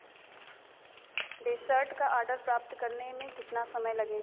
dessert का order प्राप्त करने में कितना समय लगे